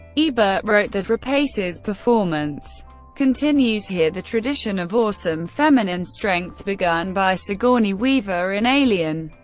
ebert wrote that rapace's performance continues here the tradition of awesome feminine strength begun by sigourney weaver in alien,